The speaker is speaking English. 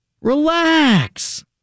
relax